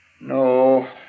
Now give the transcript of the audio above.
No